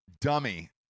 dummy